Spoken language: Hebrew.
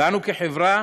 אנחנו כחברה